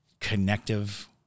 connective